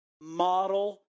model